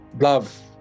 Love